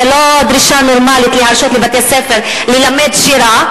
זו לא דרישה נורמלית להרשות לבית-ספר ללמד שירה,